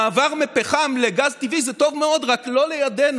מעבר מפחם לגז טבעי זה טוב מאוד, רק לא לידנו.